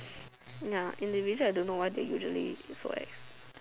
ya individual I don't know why they usually so ex